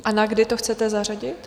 A na kdy to chcete zařadit?